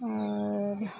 ᱟᱨ